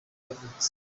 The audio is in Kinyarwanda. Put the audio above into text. yavutse